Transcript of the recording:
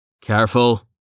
Careful